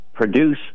produce